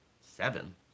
Seven